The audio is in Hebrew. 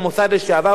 זה לא מידע,